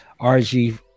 RG